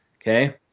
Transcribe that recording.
okay